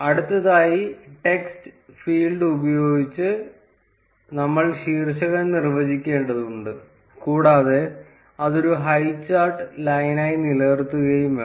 അടുത്തതായി text field ഉപയോഗിച്ച് നമ്മൾ ശീർഷകം നിർവ്വചിക്കേണ്ടതുണ്ട് കൂടാതെ അത് ഒരു ഹൈചാർട്ട് ലൈനായി നിലനിർത്തുകയും വേണം